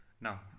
Now